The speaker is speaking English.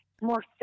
more